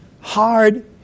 hard